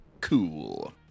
cool